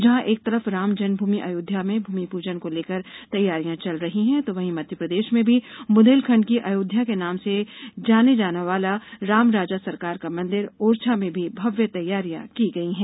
जहां एक तरफ राम जन्म भूमि अयोध्या में भूमि पूजन को लेकर के तैयारियां चल रही हैं तो वही मध्यप्रदेश में भी बुंदेलखंड कि अयोध्या के नाम से जाने जाना वाला रामराजा सरकार का मंदिर ओरछा में भी भव्य तैयारियां की गई हैं